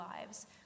lives